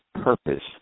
purpose